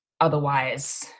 Otherwise